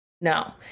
No